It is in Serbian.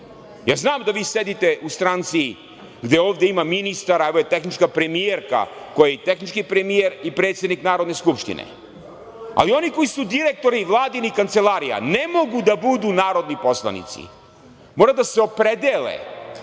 Znam da vi sedite u stranci gde ovde ima ministara, evo je tehnička premijerka, koji i tehnički premijer i predsednik Narodne skupštine, ali oni koji su direktori vladinih kancelarija ne mogu da budu narodni poslanici, mora da se opredele